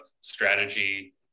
strategy